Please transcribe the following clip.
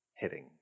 hitting